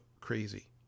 Crazy